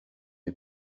est